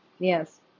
Yes